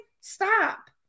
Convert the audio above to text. stop